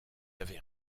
avez